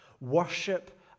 Worship